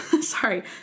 sorry